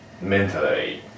mentally